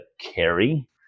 carry